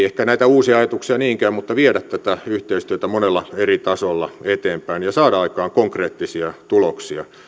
ehkä näitä uusia ajatuksia niinkään mutta kyllä meillä on vakaa tahto viedä tätä yhteistyötä monella eri tasolla eteenpäin ja saada aikaan konkreettisia tuloksia